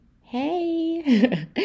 Hey